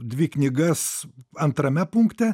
dvi knygas antrame punkte